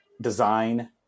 design